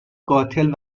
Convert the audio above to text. قاتل